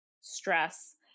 stress